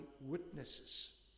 witnesses